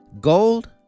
gold